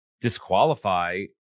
disqualify